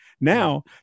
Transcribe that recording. now